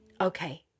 Okay